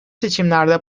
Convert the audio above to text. seçimlerde